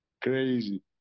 crazy